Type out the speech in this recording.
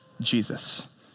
Jesus